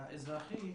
האזרחי,